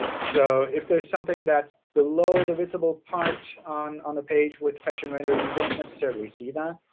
so if there's something that's below the visible part on on the page with fetch and render, you don't necessarily see that.